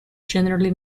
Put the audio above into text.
generally